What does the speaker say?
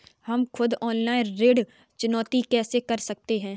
हम खुद ऑनलाइन ऋण चुकौती कैसे कर सकते हैं?